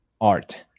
art